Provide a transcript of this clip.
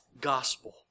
gospel